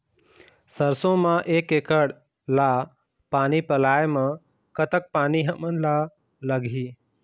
सरसों म एक एकड़ ला पानी पलोए म कतक पानी हमन ला लगही?